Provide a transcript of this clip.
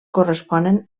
corresponen